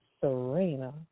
Serena